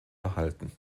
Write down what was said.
erhalten